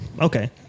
Okay